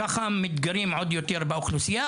ככה מתגרים עוד יותר באוכלוסייה?